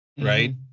right